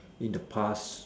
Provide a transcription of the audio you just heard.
in the past